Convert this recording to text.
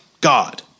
God